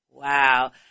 Wow